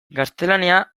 gaztelania